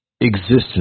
existence